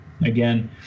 again